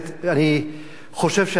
אני חושב שאתה,